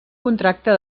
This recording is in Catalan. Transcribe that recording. contracte